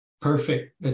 Perfect